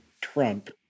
Trump